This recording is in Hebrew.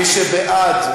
מי שבעד,